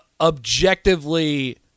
objectively